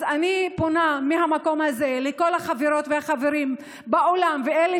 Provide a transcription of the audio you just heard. אז מהמקום הזה אני פונה לכל החברות והחברים באולם ולאלה